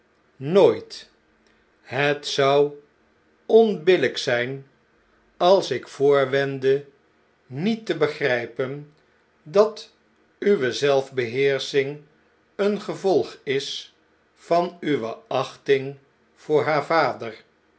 nooit a het zou onbilln'k zjjn als ik voorwendde niet te begrjjpen dat uwe zelfbeheersching een gevolg is van uwe achting voor haar vader